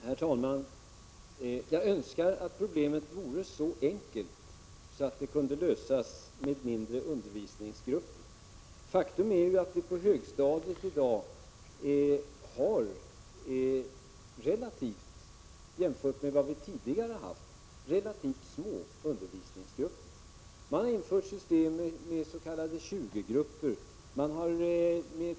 Herr talman! Jag önskar att problemet vore så enkelt att det kunde lösas med mindre undervisningsgrupper. Faktum är att vi på högstadiet i dag har relativt små undervisningsgrupper, jämfört med vad vi tidigare haft. Man har infört system med s.k. 20-grupper.